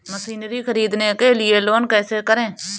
Machinery ख़रीदने के लिए लोन कैसे करें?